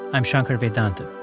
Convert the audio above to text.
i'm shankar vedantam.